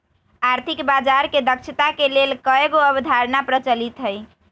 आर्थिक बजार के दक्षता के लेल कयगो अवधारणा प्रचलित हइ